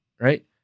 right